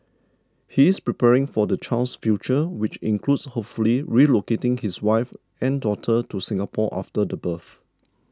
he is preparing for his child's future which includes hopefully relocating his wife and daughter to Singapore after the birth